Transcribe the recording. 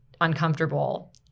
uncomfortable